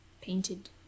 painted